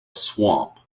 swamp